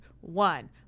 One